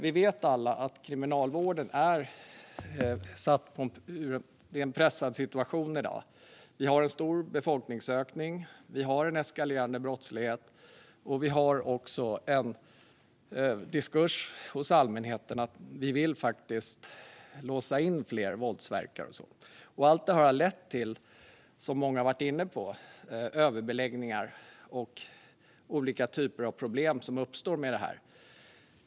Vi vet alla att Kriminalvården i dag har en pressad situation. Vi har en stor befolkningsökning och en eskalerande brottslighet. Vi har också en diskurs hos allmänheten att vi vill låsa in fler våldsverkare. Allt detta har lett till, som många har varit inne på, överbeläggningar och olika typer av problem som uppstår med det.